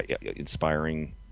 inspiring